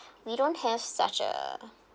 we don't have such a